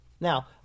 Now